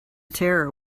terror